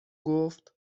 گفت